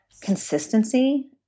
consistency